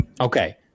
Okay